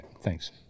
Thanks